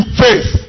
faith